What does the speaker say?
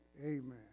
Amen